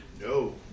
No